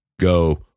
Go